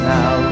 Now